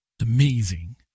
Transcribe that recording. Amazing